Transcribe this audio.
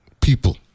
people